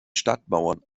stadtmauern